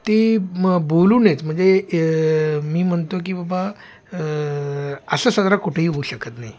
ती मग बोलू नयेच म्हणजे मी म्हणतो की बाबा असं साजरा कुठेही होऊ शकत नाही